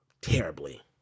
terribly